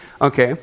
Okay